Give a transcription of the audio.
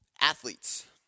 Athletes